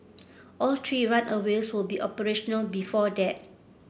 all three will be operational before that